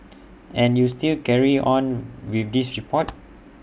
and you still carried on with this report